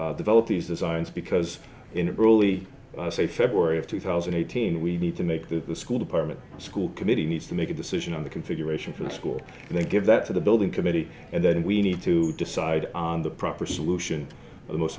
to develop these designs because in early february of two thousand and eighteen we need to make the school department school committee needs to make a decision on the configuration for the school and they give that to the building committee and then we need to decide on the proper solution the most